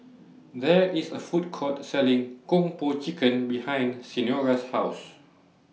There IS A Food Court Selling Kung Po Chicken behind Senora's House